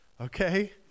okay